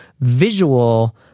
visual